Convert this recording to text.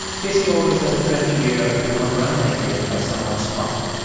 casey always has a friendly ear if you want to run an idea by someone smart.